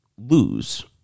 lose